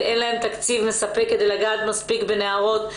ואין להן תקציב מספק כדי לגעת מספיק בנערות.